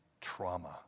Trauma